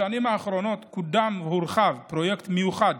בשנים האחרונות קודם והורחב פרויקט מיוחד